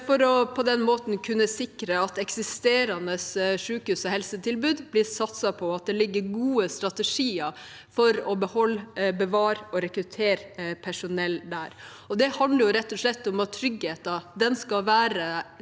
å kunne sikre at eksisterende sykehus og helsetilbud blir satset på, og at det ligger gode strategier for å beholde, bevare og rekruttere personell der. Det handler rett og slett om at tryggheten skal være